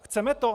Chceme to?